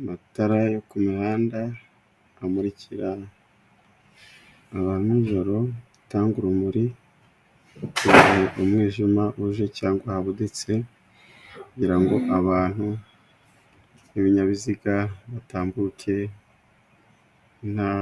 Amatara yo ku mihanda amurikira abantu nijoro atanga urumuri mugihe umwijima uje cyangwa wabuditse kugira ngo abantu n'ibinyabiziga batambuke, nta